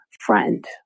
friend